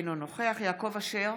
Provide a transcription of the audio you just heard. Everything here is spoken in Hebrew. אינו נוכח יעקב אשר,